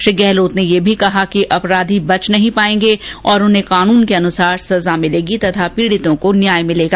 मुख्यमंत्री ने यह भी कहा कि अपराधी बच नहीं पायेंगे और उन्हें कानून के अनुसार सजा मिलेगी तथा पीड़ितों को न्याय मिलेगा